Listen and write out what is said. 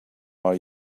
are